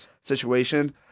situation